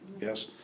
yes